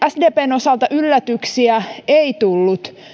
sdpn osalta yllätyksiä ei tullut